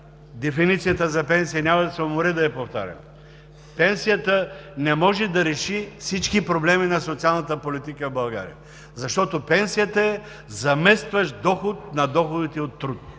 дефиницията за пенсия: пенсията не може да реши всички проблеми на социалната политика в България, защото пенсията е заместващ доход на доходите от труд.